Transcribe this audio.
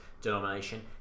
denomination